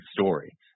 story